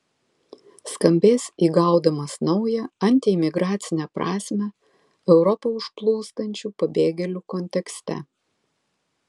skambės įgaudamas naują antiimigracinę prasmę europą užplūstančių pabėgėlių kontekste